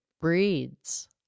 breeds